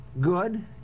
Good